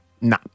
nah